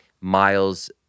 miles